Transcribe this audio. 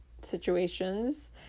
situations